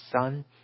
Son